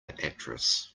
actress